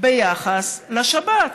ביחס לשבת?